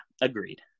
agreed